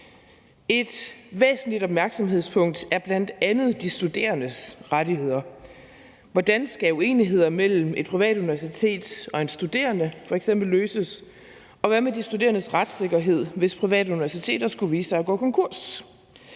opmærksomhedspunkt er bl.a. de studerendes rettigheder. Hvordan skal uenigheder mellem et privat universitet og en studerende f.eks. løses? Og hvad med de studerendes retssikkerhed, hvis private universiteter skulle vise sig at gå konkurs?